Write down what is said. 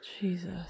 Jesus